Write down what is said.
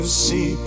see